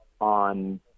on